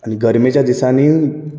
आनी गर्मेच्या दिसांनी